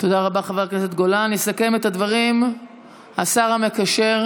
תודה רבה, חבר הכנסת גולן.